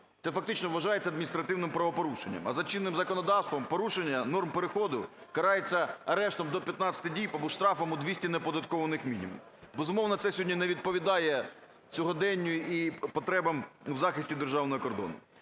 це фактично вважається адміністративним правопорушенням, а за чинним законодавством порушення норм переходу карається арештом до 15 діб або штрафом у 200 неоподаткованих мінімумів. Безумовно, це сьогодні не відповідає сьогоденню і потребам в захисті державного кордону.